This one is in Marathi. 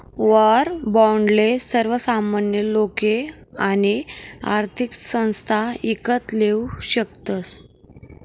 वाॅर बाॅन्डले सर्वसामान्य लोके आणि आर्थिक संस्था ईकत लेवू शकतस